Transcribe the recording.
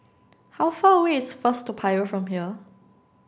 how far away is First Toa Payoh from here